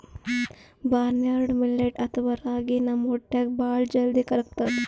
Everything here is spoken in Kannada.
ಬರ್ನ್ಯಾರ್ಡ್ ಮಿಲ್ಲೆಟ್ ಅಥವಾ ರಾಗಿ ನಮ್ ಹೊಟ್ಟ್ಯಾಗ್ ಭಾಳ್ ಜಲ್ದಿ ಕರ್ಗತದ್